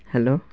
hello